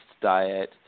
diet